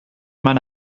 meine